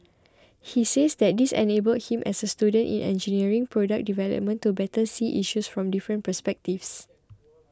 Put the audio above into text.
he says that this enabled him as a student in engineering product development to better see issues from different perspectives